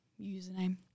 username